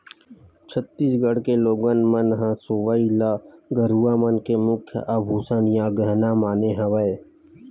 छत्तीसगढ़ के लोगन मन ह सोहई ल गरूवा मन के मुख्य आभूसन या गहना माने हवय